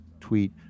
tweet